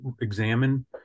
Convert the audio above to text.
examine